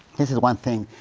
this is one thing.